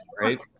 right